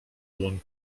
dłoń